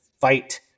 fight